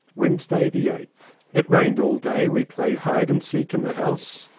wednesday the eighth. it rained all day. we played hide-and seek in the house.